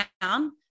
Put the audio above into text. down